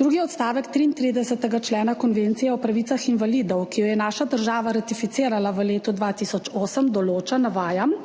Drugi odstavek 33. člena Konvencije o pravicah invalidov, ki jo je naša država ratificirala v letu 2008, določa, navajam: